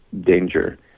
danger